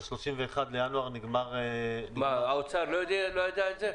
ב-31 בינואר נגמר -- האוצר לא יודע את זה?